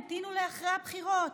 המתינו לאחרי הבחירות: